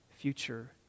future